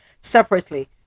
Separately